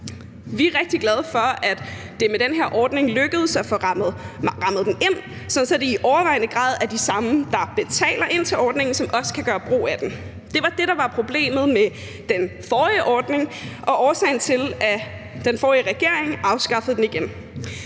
Vi er rigtig glade for, at det med den her ordning lykkedes at få rammet den ind, så det i overvejende grad er de samme, der betaler ind til ordningen, som også kan gøre brug af den. Det var det, der var problemet med den forrige ordning, og årsagen til, at den forrige regering afskaffede den igen.